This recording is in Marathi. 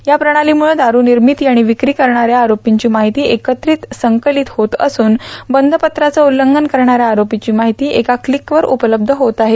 या प्रणालीम्रछं दारू निर्मिती आणि विकी करणाऱ्या आरोपींची माहिती एकत्रित संकलित होत असून बंधपत्राचे उल्लंघन करणाऱ्या आरोपीची माहिती एका क्लिक वर उपलब्ध होत आहे